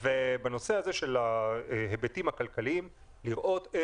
ובנושא הזה של ההיבטים הכלכליים לראות.